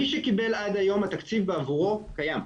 מי שקיבל עד היום, התקציב בעבורו קיים.